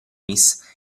miss